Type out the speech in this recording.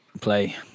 play